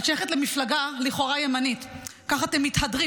את שייכת למפלגה לכאורה ימנית, כך אתם מתהדרים.